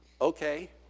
okay